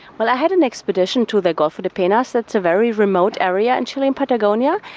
well, i had an expedition to the golfo de penas, that's a very remote area in chile, in patagonia,